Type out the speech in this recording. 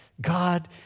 God